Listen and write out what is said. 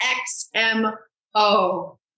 X-M-O